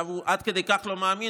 הוא עד כדי כך לא מאמין,